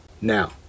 now